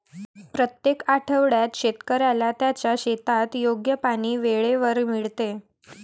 प्रत्येक आठवड्यात शेतकऱ्याला त्याच्या शेतात योग्य पाणी वेळेवर मिळते